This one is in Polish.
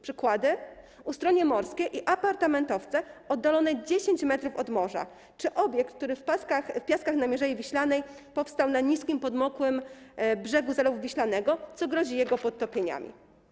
Przykłady: Ustronie Morskie i apartamentowce oddalone 10 m od morza czy obiekt, który w Piaskach na Mierzei Wiślanej powstał na niskim podmokłym brzegu Zalewu Wiślanego, co grozi jego podtopieniami.